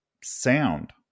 sound